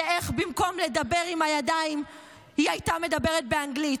איך במקום לדבר עם הידיים היא הייתה מדברת באנגלית.